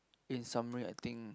in summary I think